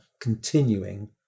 continuing